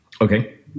Okay